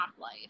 life